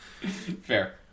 Fair